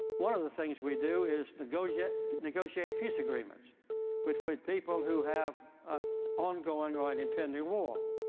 one of the things we do is negotiate negotiate peace agreements between people who have ah ongoing or an impending war.